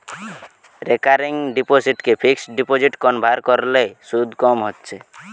recurring ডিপোসিটকে fixed ডিপোজিটে convert কোরলে শুধ কম হচ্ছে